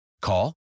Call